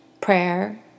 prayer